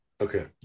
okay